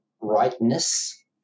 rightness